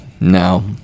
No